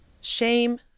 Shame